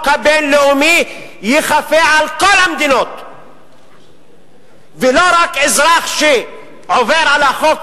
הבין-לאומי ייכפה על כל המדינות ולא רק אזרח שעובר על החוק